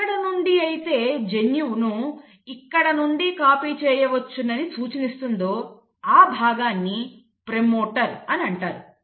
ఎక్కడ నుండి అయితే జన్యువును ఇక్కడ నుండి కాపీ చేయవచ్చని సూచనను ఇస్తుందో ఆ భాగాన్ని ప్రమోటర్ అని అంటారు